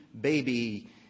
baby